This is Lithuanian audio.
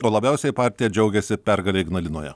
o labiausiai partija džiaugiasi pergale ignalinoje